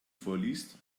vorliest